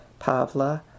Pavla